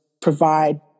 provide